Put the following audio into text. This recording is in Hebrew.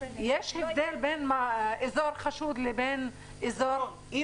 יש הבדל בין אזור חשוד לבין --- אם